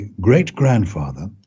great-grandfather